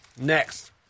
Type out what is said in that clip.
Next